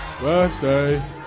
birthday